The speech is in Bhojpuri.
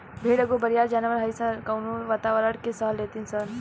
भेड़ एगो बरियार जानवर हइसन इ कइसनो वातावारण के सह लेली सन